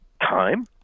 time